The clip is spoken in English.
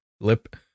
lip